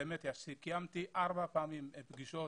קיימתי ארבע פגישות